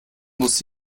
muss